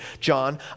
John